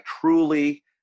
truly